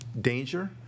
danger